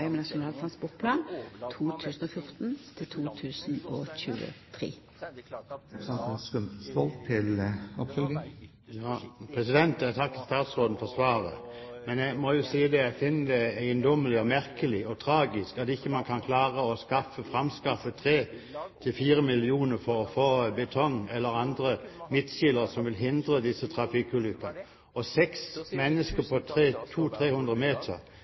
med Nasjonal transportplan 2014–2023. Jeg takker statsråden for svaret, men jeg må jo si at jeg finner det eiendommelig, merkelig og tragisk at man ikke kan klare å framskaffe 3–4 mill. kr for å få betong eller andre midtskillere, som vil hindre disse trafikkulykkene. Seks mennesker drept på en strekning på 200–300 meter